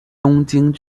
东京